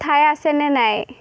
ঠাই আছে নে নাই